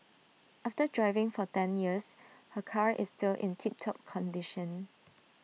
after driving for ten years her car is still in tip top condition